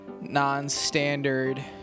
Non-standard